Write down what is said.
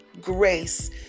grace